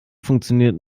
funktioniert